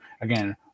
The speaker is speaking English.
again